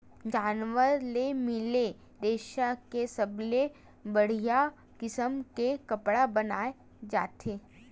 जानवर ले मिले रेसा के सबले बड़िया किसम के कपड़ा बनाए जाथे